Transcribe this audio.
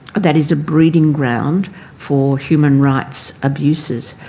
but that is a breeding ground for human rights abuses.